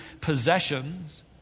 possessions